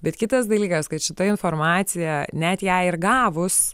bet kitas dalykas kad šita informacija net ją ir gavus